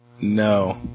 No